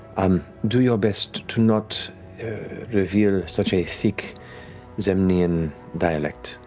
um do your best to not reveal such a thick zemnian dialect.